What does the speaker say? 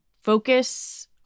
focus